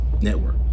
Network